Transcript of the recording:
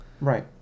Right